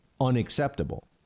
unacceptable